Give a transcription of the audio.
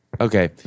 Okay